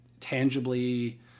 tangibly